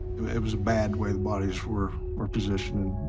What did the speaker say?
it was a bad way the bodies were, were positioned,